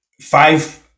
five